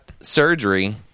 surgery